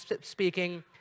speaking